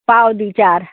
पाव दी चार